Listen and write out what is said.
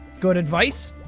good advice.